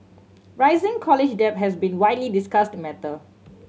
rising college debt has been widely discussed matter